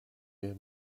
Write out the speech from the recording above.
mehr